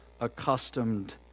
Accustomed